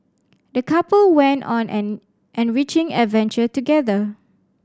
the couple went on an enriching adventure together